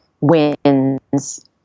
wins